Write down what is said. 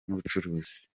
n’ubucuruzi